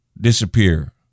disappear